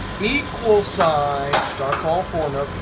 equal sign starts all formulas.